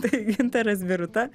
tai gintaras biruta